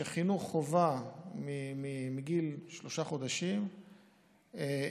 שחינוך חובה מגיל שלושה חודשים בסופו